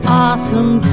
awesome